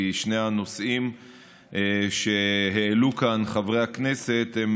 כי שני הנושאים שהעלו כאן חברי הכנסת הם